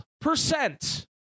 Percent